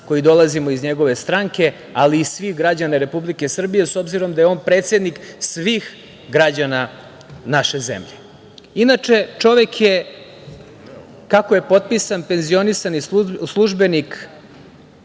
koji dolazimo iz njegove stranke, ali i svih građana Republike Srbije, s obzirom da je on predsednik svih građana naše zemlje? Inače, čovek je, kako je potpisan, penzionisani službenik